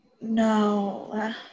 No